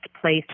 place